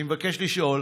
אני מבקש לשאול: